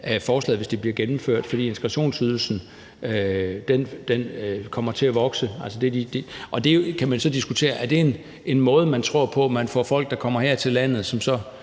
af forslaget, hvis det bliver gennemført, fordi integrationsydelsen kommer til at vokse. Man kan så diskutere, om man tror, det er en måde i stigende grad at få folk, der kommer her til landet, i job på